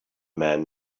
men